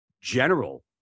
general